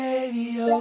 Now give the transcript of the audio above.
Radio